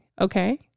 Okay